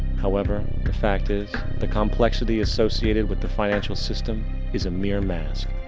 however, the fact is the complexity associated with the financial system is a mere mask.